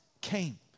came